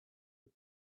you